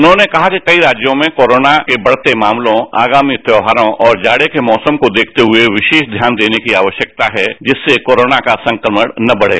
उन्होंने कहा कि कई राज्यों में कोरोनावायरस से बढ़ते मामलों आगामी त्यौहारों और जाड़े के मौसम को देखते हुए विशेष ध्यान देने की आवश्यकता है जिससे कोरोना का संक्रमण न बढे